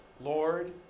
Lord